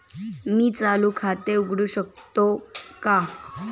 मी चालू खाते उघडू शकतो का?